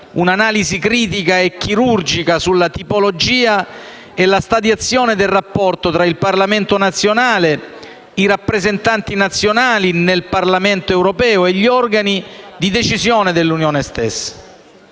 un'analisi critica e chirurgica sulla tipologia e la graduazione del rapporto tra il Parlamento nazionale, i rappresentati nazionali nel Parlamento europeo e gli organi di decisione dell'Unione stessa.